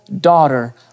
daughter